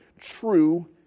true